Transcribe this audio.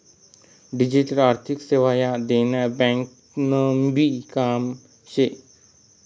digital आर्थिक सेवा ह्या देना ब्यांकनभी काम शे